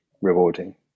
rewarding